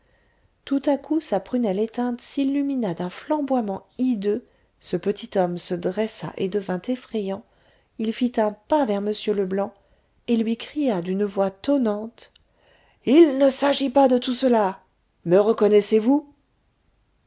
tout à coup sa prunelle éteinte s'illumina d'un flamboiement hideux ce petit homme se dressa et devint effrayant il fit un pas vers m leblanc et lui cria d'une voix tonnante il ne s'agit pas de tout cela me reconnaissez-vous